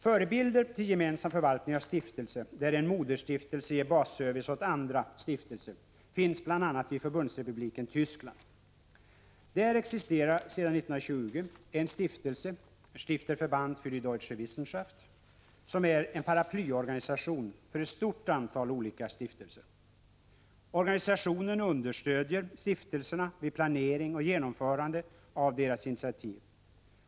Förebilder till gemensam förvaltning av stiftelser där en moderstiftelse ger basservice åt andra stiftelser finns bl.a. i Förbundsrepubliken Tyskland. Där existerar sedan 1920 en stiftelse, Stifterverband fär die Deutsche Wissenschaft, som är en paraplyorganisation för ett stort antal olika stiftelser. Organisationen understödjer stiftelserna vid planering och genomförande av deras initiativ.